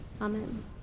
Amen